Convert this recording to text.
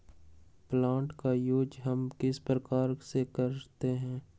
Plant का use हम किस प्रकार से करते हैं?